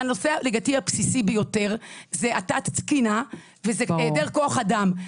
שהנושא לדעתי הבסיסי ביותר זה התת תקינה והעדר כוח אדם.